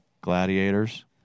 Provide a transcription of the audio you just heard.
Gladiators